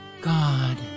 God